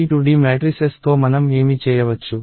ఈ 2D matrices తో మనం ఏమి చేయవచ్చు